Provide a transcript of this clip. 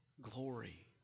glory